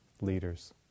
leaders